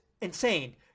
insane